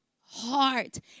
heart